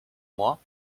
moi